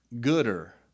gooder